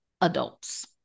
adults